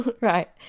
Right